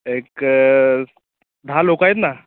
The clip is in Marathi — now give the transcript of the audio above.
एक दहा लोकं आहेत ना